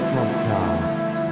Podcast